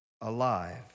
alive